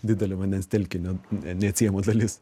didelio vandens telkinio ne neatsiejama dalis